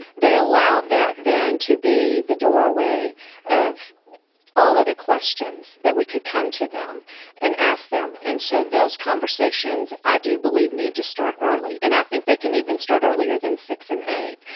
they allowed that then to be the doorway of all other questions, that we could come to them and ask them. and so those conversations i do believe, need to start early. and i think they can even start earlier than six and eight,